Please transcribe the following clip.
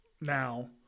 now